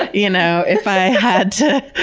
ah you know if i had to,